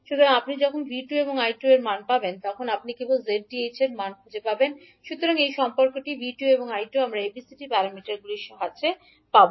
সুতরাং আপনি যখন 𝐕2 এবং 𝐈2 এর মান পাবেন তখন আপনি কেবল 𝑍𝑇ℎ এর মান খুঁজে পেতে পারেন 𝑍𝑇ℎ সুতরাং এই সম্পর্কটি 𝐕2 এবং 𝐈2 আমরা ABCD প্যারামিটারগুলির সাহায্যে পাব